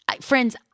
Friends